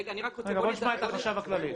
בואו נשמע את החשב הכללי.